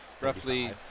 roughly